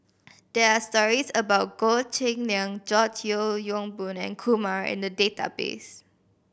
there are stories about Goh Cheng Liang George Yeo Yong Boon and Kumar in the database